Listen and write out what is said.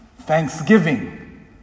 thanksgiving